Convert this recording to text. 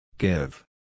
Give